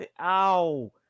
Ow